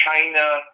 China